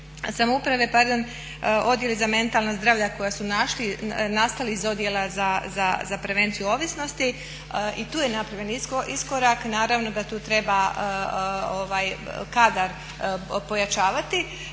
samouprave pardon, odjel za mentalna zdravlja koji su nastali iz odjela za prevenciju ovisnosti i tu je napravljen iskorak. Naravno da tu treba kadar pojačavati,